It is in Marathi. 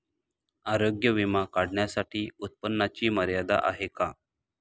आरोग्य विमा काढण्यासाठी उत्पन्नाची मर्यादा आहे का?